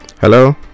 hello